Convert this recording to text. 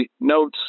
notes